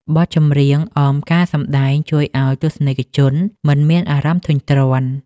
បទចម្រៀងអមការសម្ដែងជួយឱ្យទស្សនិកជនមិនមានអារម្មណ៍ធុញទ្រាន់។